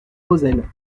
moselle